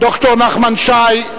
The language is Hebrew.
ד"ר נחמן שי,